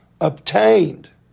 obtained